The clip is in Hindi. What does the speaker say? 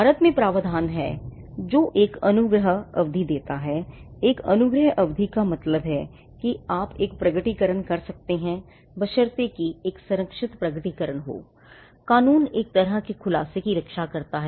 भारत में एक प्रावधान है जो एक अनुग्रह अवधि देता है एक अनुग्रह अवधि का मतलब है कि आप एक प्रकटीकरण कर सकते हैं बशर्ते कि एक संरक्षित प्रकटीकरण हो कानून एक तरह के खुलासे की रक्षा करता है